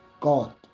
God